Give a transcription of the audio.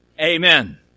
Amen